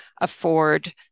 afford